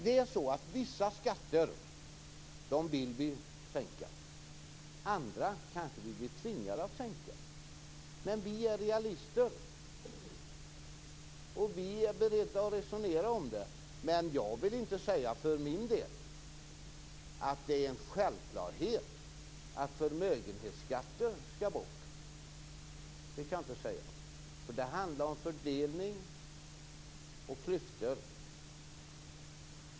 Det är så att vissa skatter vill vi sänka, andra kanske vi blir tvingade att sänka. Men vi är realister och är beredda att resonera om det. Jag vill för min del dock inte säga att det är en självklarhet att förmögenhetsskatten skall bort, för det handlar om fördelning och klyftor.